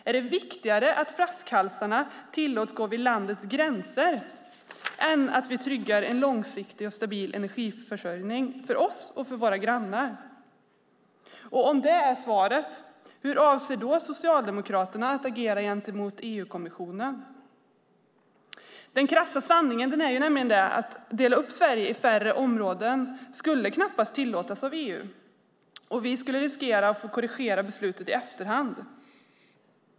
Är det viktigare att flaskhalsarna tillåts gå vid landets gränser än att vi tryggar en långsiktig och stabil energiförsörjning för oss och våra grannar? Om det är svaret, hur avser då Socialdemokraterna att agera gentemot EU-kommissionen? Den krassa sanningen är att en uppdelning av Sverige i färre områden knappast skulle tillåtas av EU. Vi skulle riskera att få korrigera beslutet i efterhand.